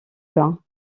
bas